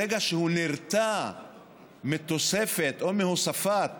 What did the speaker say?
ברגע שהוא נרתע מתוספת או מהוספת